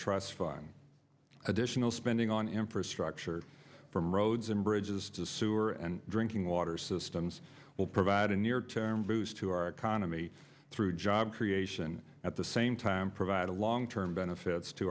trust fund additional spending on infrastructure from roads and bridges to sewer and drinking water systems will provide a near term boost to our economy through job creation at the same time provide long term benefits to